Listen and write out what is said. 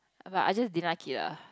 but I just didn't like it lah